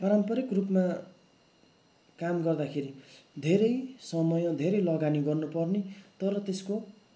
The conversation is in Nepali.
पारम्परिक रूपमा काम गर्दाखेरि धेरै समय धेरै लगानी गर्न पर्ने तर त्यसको